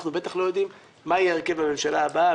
אנחנו בטח לא יודעים מה יהיה הרכב הממשלה הבאה.